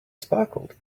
sparkled